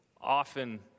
often